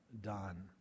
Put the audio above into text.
done